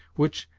which,